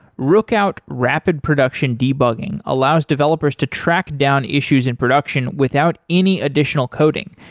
rookout rapid production debugging allows developers to track down issues in production without any additional coding.